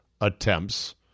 attempts